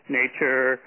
nature